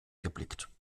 geblickt